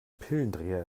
pillendreher